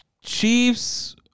chiefs